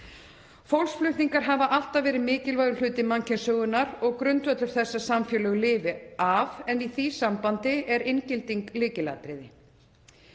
Fólksflutningar hafa alltaf verið mikilvægur hluti mannkynssögunnar og grundvöllur þess að samfélög lifi af, en í því sambandi er inngilding lykilatriði.